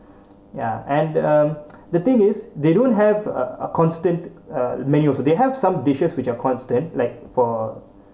ya and um the thing is they don't have a a constant uh menu also they have some dishes which are constant like for